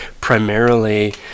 primarily